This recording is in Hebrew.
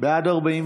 לאחר סעיף